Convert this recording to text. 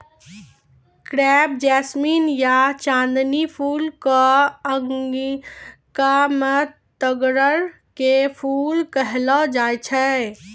crepe jasmine या चांदनी फूल कॅ अंगिका मॅ तग्गड़ के फूल कहलो जाय छै